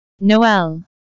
Noel